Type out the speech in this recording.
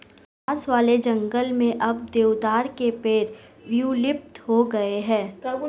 पास वाले जंगल में अब देवदार के पेड़ विलुप्त हो गए हैं